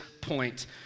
point